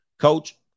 Coach